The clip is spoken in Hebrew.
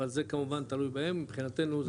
אבל זה כמובן תלוי בהם, מבחינתנו זה יכול לעבוד.